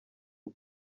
ubu